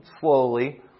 slowly